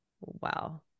Wow